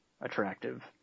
attractive